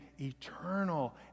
eternal